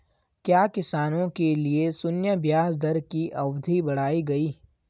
क्या किसानों के लिए शून्य ब्याज दर की अवधि बढ़ाई गई?